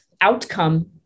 outcome